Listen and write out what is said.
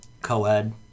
Co-ed